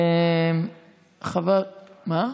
למה?